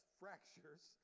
fractures